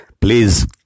Please